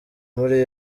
muri